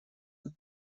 как